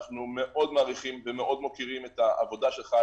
אנחנו מאוד מעריכים ומאוד מוקירים את העבודה שלך,